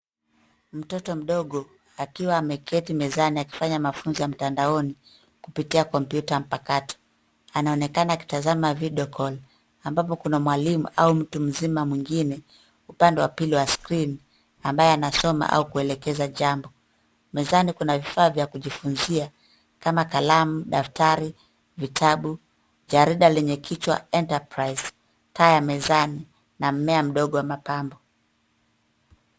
Mtoto mdogo akiwa ameketi mezani akifanya mafunzo ya mtandaoni kupitia kompyuta mpakato. Anaonekana akitazama video call ambapo kuna mwalimu au mtu mzima mwingine upande wa pili wa screen ambaye anasoma au kuelekeza jambo. Mezani kuna vifaa vya kujifunzia kama kalamu, daftari, vitabu, jarida lenye kichwa Enterprise , taa ya mezani na mmea mdogo wa mapambo.